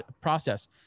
process